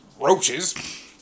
roaches